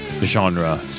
genre